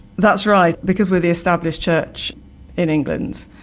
that's right. because we're the established church in england,